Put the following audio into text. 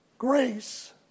Grace